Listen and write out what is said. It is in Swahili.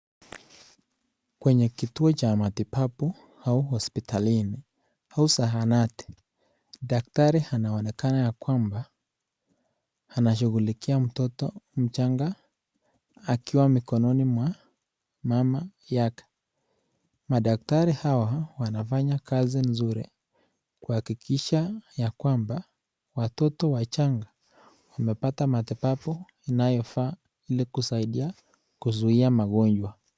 Kwenye kituo cha matibabu au hosptalini au zahanati, daktari anaonekana yakwamba anashughulikiammtoto mchanga akiwa mikononi mwa mama yake, madaktari hawa wanafanya kazai nzuri kuhakikisha yakwmaba watoto wachanga wamepata matibabu inayofaa ili kusaidia kuzia magonjwa.